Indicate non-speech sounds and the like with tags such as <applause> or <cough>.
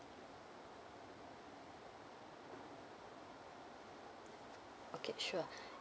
okay sure <breath>